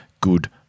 good